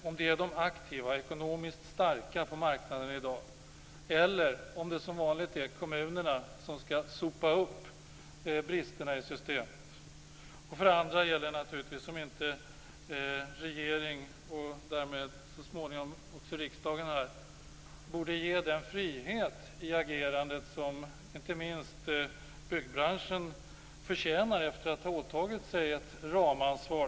Är det de aktiva, ekonomiskt starka på marknaden eller är det som vanligt kommunerna som skall sopa upp bristerna i systemet? Sedan gäller det om inte regeringen, och därmed så småningom riksdagen, borde ge den frihet i agerandet som inte minst byggbranschen förtjänar efter att ha åtagit sig ett ramansvar.